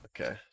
Okay